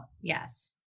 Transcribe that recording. yes